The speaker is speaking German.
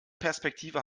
perspektive